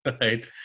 right